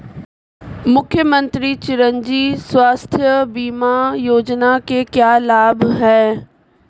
मुख्यमंत्री चिरंजी स्वास्थ्य बीमा योजना के क्या लाभ हैं?